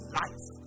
life